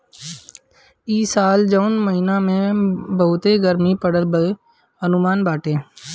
इ साल जून महिना में बहुते गरमी पड़ला के अनुमान बाटे